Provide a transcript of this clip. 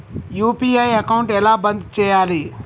UPI account ఎలా బంద్ చేయాలి?